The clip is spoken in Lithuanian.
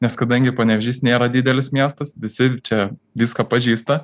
nes kadangi panevėžys nėra didelis miestas visi čia viską pažįsta